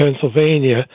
Pennsylvania